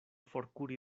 forkuri